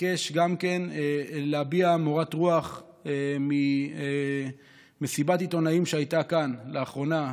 אבקש גם להביע מורת רוח ממסיבת עיתונאים שהייתה כאן לאחרונה,